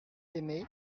aimée